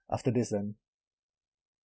after this then